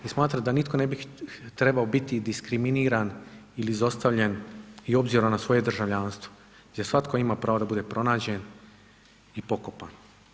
I smatram da nitko ne bi trebao biti diskriminiran ili izostavljen i obzirom na svoje državljanstvo jer svatko ima pravo da bude pronađen i pokopan.